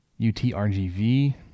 UTRGV